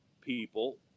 people –